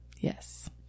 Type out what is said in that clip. Yes